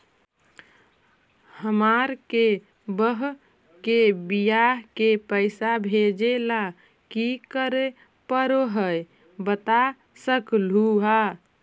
हमार के बह्र के बियाह के पैसा भेजे ला की करे परो हकाई बता सकलुहा?